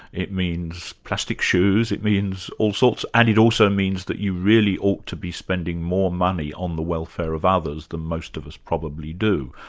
it means plastic shoes, it means all sorts, and it also means that you really ought to be spending more money on the welfare of ah others than most of us probably do.